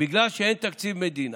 בגלל שאין תקציב מדינה.